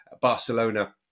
Barcelona